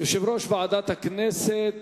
יושב-ראש ועדת הכנסת,